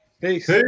Peace